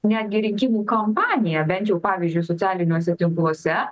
netgi rinkimų kampaniją bent jau pavyzdžiui socialiniuose tinkluose